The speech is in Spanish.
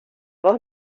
voz